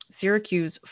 Syracuse